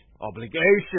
obligation